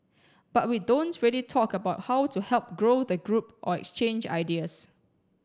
but we don't really talk about how to help grow the group or exchange ideas